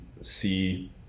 see